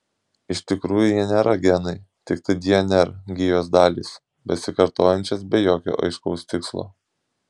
iš tikrųjų jie nėra genai tiktai dnr gijos dalys besikartojančios be jokio aiškaus tikslo